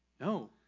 No